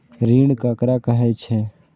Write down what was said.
ऋण ककरा कहे छै?